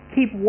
Keep